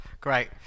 great